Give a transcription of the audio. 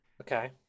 Okay